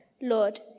Lord